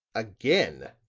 again!